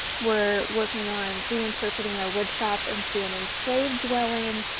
we're working on reinterpreting our wood shop into an enslaved dwelling,